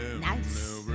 Nice